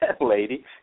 lady